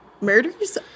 murders